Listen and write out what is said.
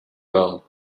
bell